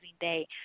day